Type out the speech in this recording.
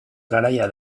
garaia